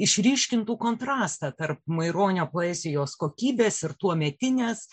išryškintų kontrastą tarp maironio poezijos kokybės ir tuometinės